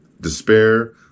Despair